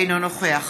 אינו נוכח